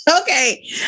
Okay